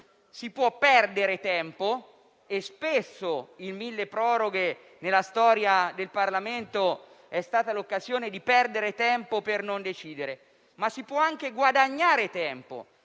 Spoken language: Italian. si può perdere tempo - e spesso il milleproroghe nella storia del Parlamento è stata l'occasione di perdere tempo per non decidere - ma si può anche guadagnare tempo